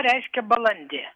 reiškia balandį